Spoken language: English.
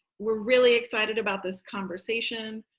we're really excited about this conversation.